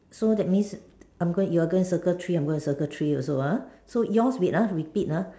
so that means I am going you are going to circle three I am going to circle three also ah so yours wait ah repeat ah